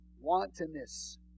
wantonness